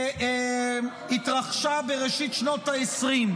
שהתרחשה בראשית שנות העשרים.